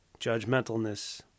judgmentalness